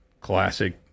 classic